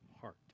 heart